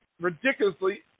ridiculously